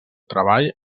treball